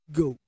go